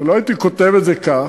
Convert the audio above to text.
לא הייתי כותב את זה כך,